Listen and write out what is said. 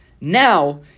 now